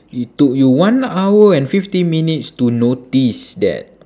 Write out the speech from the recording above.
it took you one hour and fifty minutes to notice that